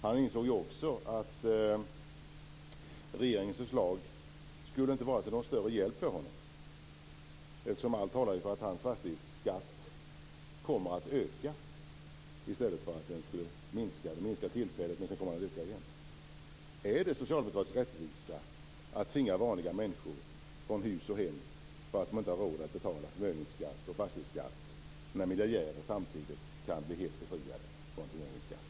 Han insåg också att regeringens förslag inte skulle vara till någon större hjälp för honom, eftersom allt talar för att hans fastighetsskatt kommer att i öka i stället för att minska - den kommer att minska för tillfället, men sedan ökar den igen. Är det socialdemokratisk rättvis att tvinga vanliga människor från hus och hem för att de inte har råd att betala förmögenhetsskatt och fastighetsskatt, när miljonärerna samtidigt kan bli helt befriade från förmögenhetsskatt?